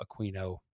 Aquino